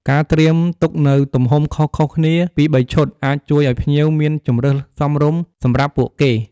ការត្រៀមទុកនូវទំហំខុសៗគ្នាពីរបីឈុត អាចជួយឲ្យភ្ញៀវមានជម្រើសសមរម្យសម្រាប់ពួកគេ។